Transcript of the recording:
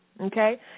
okay